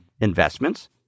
investments